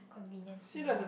convenient enough